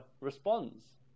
responds